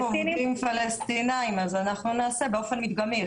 עובדים פלסטינים אז אנחנו נעשה את זה באופן מדגמי.